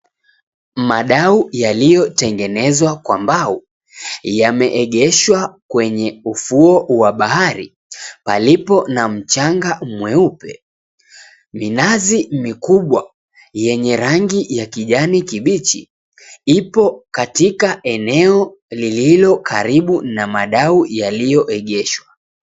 Madau yaliyotengenezwa kwa mbao, yameegeshwa kwenye ufuo wa bahari palipo na mchanga mweupe. Minazi mikubwa yenye rangi ya kijani kibichi, ipo katika eneo lilo karibu na madau yaliyoegeshwa.